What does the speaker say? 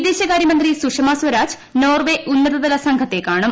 വിദേശകാര്യമന്ത്രി സുഷമ സ്വരാജ് നോർവെ ഉന്നതതല സംഘത്തെ കാണും